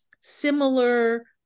similar